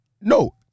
No